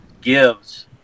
gives